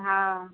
हँ